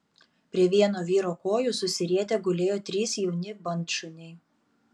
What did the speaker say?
prie vieno vyro kojų susirietę gulėjo trys jauni bandšuniai